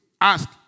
Ask